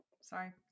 Sorry